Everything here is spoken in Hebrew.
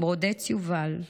ברודץ יובל,